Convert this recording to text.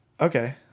Okay